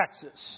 Texas